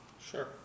Sure